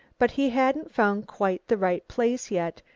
but he hadn't found quite the right place yet,